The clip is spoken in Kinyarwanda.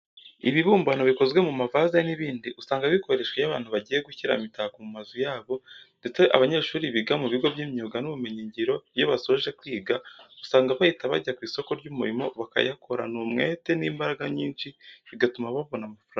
Ibibumbano bikozwe mu mavaze n'ibindi, usanga bikoreshwa iyo abantu bagiye gushyira imitako mu mazu yabo ndetse abanyeshuri biga mu bigo by'imyuga n'ubumenyingiro, iyo basoje kwiga, usanga bahita bajya ku isoko ry'umurimo bakayakorana umwetse n'imbaraga nyinshi bigatuma babona amafaranga.